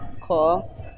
Cool